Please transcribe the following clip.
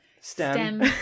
stem